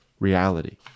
Reality